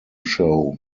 show